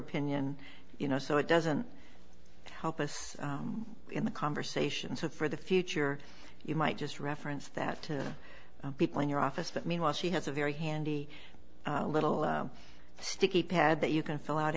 opinion you know so it doesn't help us in the conversation so for the future you might just reference that to people in your office but meanwhile she has a very handy little sticky pad that you can fill out